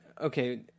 Okay